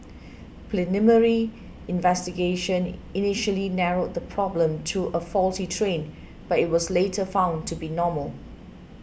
preliminary investigation initially narrowed the problem to a a faulty train but it was later found to be normal